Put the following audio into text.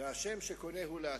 והשם שקונה הוא לעצמו.